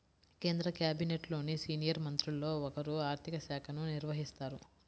కేంద్ర క్యాబినెట్లోని సీనియర్ మంత్రుల్లో ఒకరు ఆర్ధిక శాఖను నిర్వహిస్తారు